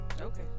okay